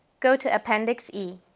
go to appendix e.